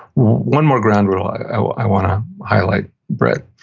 one more ground rule i want to highlight, brett,